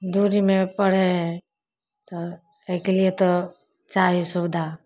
दूरीमे पड़ै हइ तऽ एहिके लिए तऽ चाही सुविधा